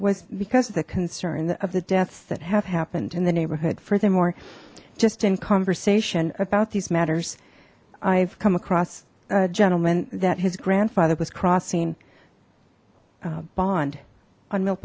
was because of the concern of the deaths that have happened in the neighborhood furthermore just in conversation about these matters i've come across a gentleman that his grandfather was crossing bond on m